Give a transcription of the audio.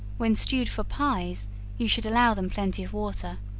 when stewed for pies you should allow them plenty of water,